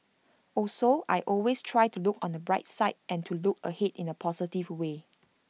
also I always try to look on the bright side and to look ahead in A positive way